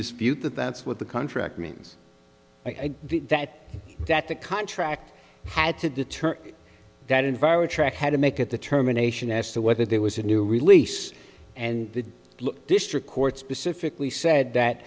dispute that that's what the contract means by that that the contract had to deter that environed had to make a determination as to whether there was a new release and the district court specifically said that